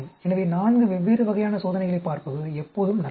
எனவே நான்கு வெவ்வேறு வகையான சோதனைகளைப் பார்ப்பது எப்போதும் நல்லது